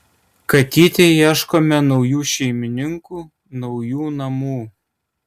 katytei ieškome naujų šeimininkų naujų namų